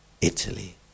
Italy